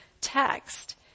text